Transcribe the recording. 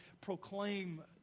proclaim